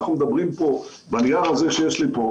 אני מדבר פה על הנייר שיש לנו פה,